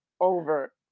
over